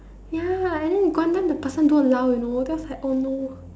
ya and then got one time the person don't allow you know then I was like oh no